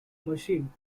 machine